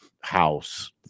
house